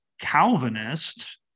Calvinist